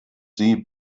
sie